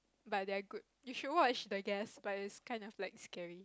but they are good you should watch the Guest but is kind of like scary